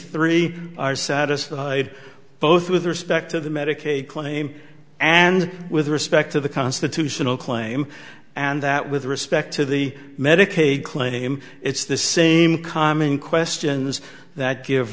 three are satisfy both with respect to the medicaid claim and with respect to the constitutional claim and that with respect to the medicaid claim it's the same calming questions that give